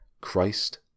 Christ